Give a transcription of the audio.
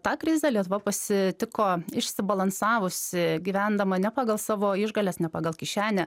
tą krizę lietuva pasitiko išsibalansavusi gyvendama ne pagal savo išgales ne pagal kišenę